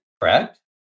correct